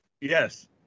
Yes